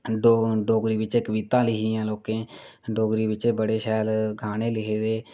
डोगरी बिच कवितां लिखी दियां लोकें डोगरी बिच बड़े शैल गाने लिखे दे